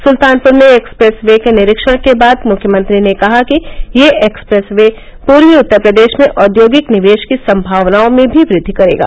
सुल्तानपुर में expressway के निरीक्षण के बाद मुख्यमंत्री ने कहा कि यह एक्सप्रेस वे पूर्वी उत्तर प्रदेश में औद्योगिक निवेश की सम्भावनाओं में भी वृद्धि करेगा